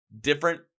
different